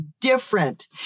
different